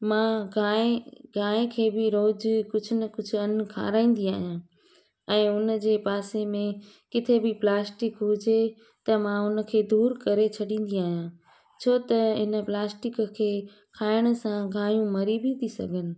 मां गांइ गांइ खे बि रोज़ कुझु न कुझु अन्न खाराईंदी आहियां ऐं हुनजे पासे में किथे बि प्लास्टिक हुजे त मां हुनखे दूरि करे छॾींदी आहियां छो त हिन प्लास्टिक खे खाइण सां गांयूं मरी बि थी सघनि